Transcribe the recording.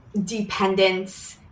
dependence